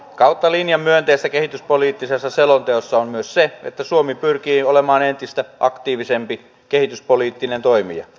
kautta linjan myönteistä kehityspoliittisessa selonteossa on myös se että suomi pyrkii olemaan entistä aktiivisempi kehityspoliittinen toimija